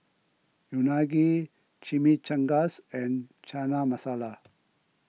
Unagi Chimichangas and Chana Masala